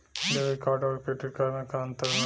Debit card आउर credit card मे का अंतर बा?